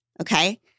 Okay